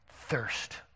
thirst